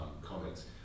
comics